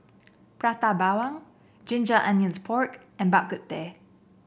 Prata Bawang Ginger Onions Pork and Bak Kut Teh